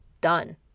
Done